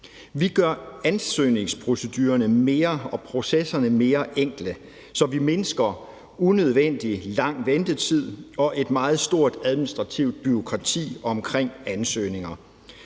Vi gør ansøgningsprocedurerne og -processerne mere enkle, så vi mindsker unødvendig lang ventetid og et meget stort administrativt bureaukrati omkring ansøgninger,